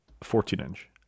14-inch